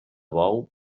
bou